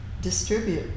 distribute